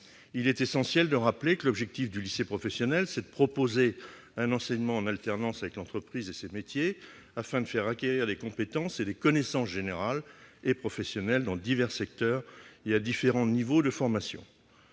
Il est essentiel de le rappeler, l'objectif du lycée professionnel, c'est de proposer un enseignement en alternance avec l'entreprise et ses métiers, afin de faire acquérir des compétences et des connaissances générales et professionnelles, dans divers secteurs et à différents niveaux de formation.